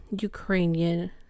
Ukrainian